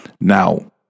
Now